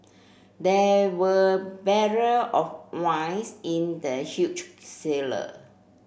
there were barrel of wines in the huge cellar